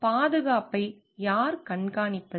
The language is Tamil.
பாதுகாப்பை யார் கண்காணிப்பது